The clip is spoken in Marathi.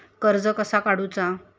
कर्ज कसा काडूचा?